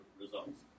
results